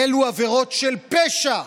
אלו עבירות של פשע.